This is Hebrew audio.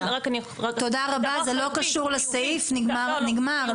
תודה רבה, זה לא קשור לסעיף, נגמר.